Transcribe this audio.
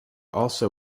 also